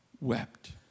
wept